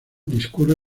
discurre